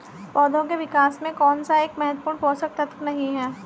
पौधों के विकास में कौन सा एक महत्वपूर्ण पोषक तत्व नहीं है?